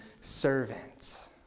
servant